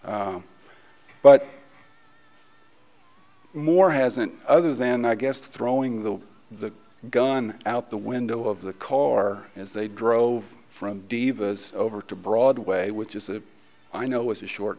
but more hasn't other than i guess throwing the gun out the window of the car as they drove from divas over to broadway which is the i know was a short